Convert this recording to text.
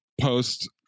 post